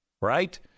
right